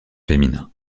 féminin